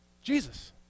Jesus